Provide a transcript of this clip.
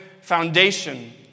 foundation